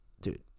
Dude